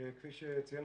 כפי שציין